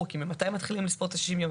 כי ממתי מתחילים לספור את ה-60 ימים?